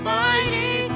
mighty